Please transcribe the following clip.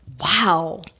Wow